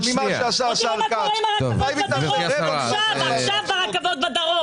בלאום שלהם ובאיפה הם גרות וגרים.